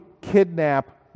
kidnap